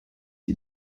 die